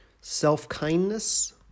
Self-kindness